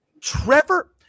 Trevor